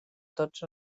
tots